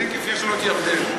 תכף יש לנו ירדן.